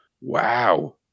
Wow